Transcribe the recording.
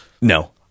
No